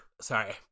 sorry